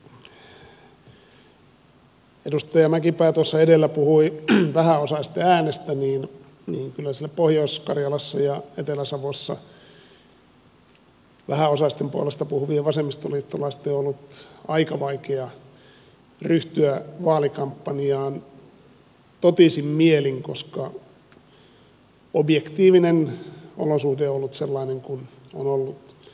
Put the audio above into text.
kun edustaja mäkipää tuossa edellä puhui vähäosaisten äänestä niin kyllä siellä pohjois karjalassa ja etelä savossa vähäosaisten puolesta puhuvien vasemmistoliittolaisten on ollut aika vaikea ryhtyä vaalikampanjaan totisin mielin koska objektiivinen olosuhde on ollut sellainen kuin on ollut